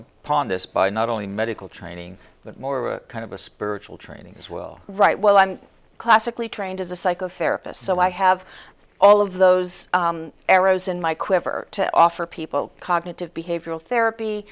upon this by not only medical training but more a kind of a spiritual training as well right well i'm classically trained as a psycho therapist so i have all of those arrows in my quiver to offer people cognitive behavioral